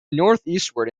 northeastward